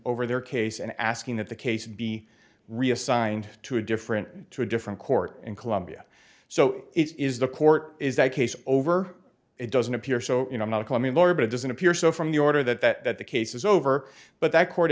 over their case and asking that the case be reassigned to a different to a different court in colombia so it is the court is that case over it doesn't appear so you know not call me a lawyer but it doesn't appear so from the order that that that the case is over but that court